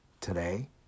today